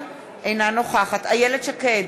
אינה נוכחת איילת שקד,